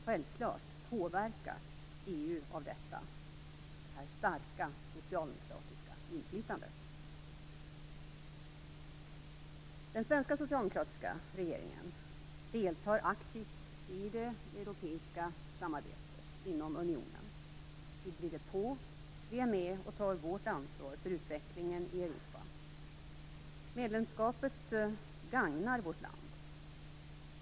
Självklart påverkas EU av detta starka socialdemokratiska inflytande. Den svenska socialdemokratiska regeringen deltar aktivt i det europeiska samarbetet inom unionen. Vi driver på, och vi är med och tar vårt ansvar för utvecklingen inom Europa. Medlemskapet gagnar vårt land.